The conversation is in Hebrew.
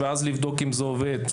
ואז לבדוק אם זה עובד.